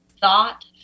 thought